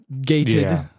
gated